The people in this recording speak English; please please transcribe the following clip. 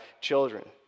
children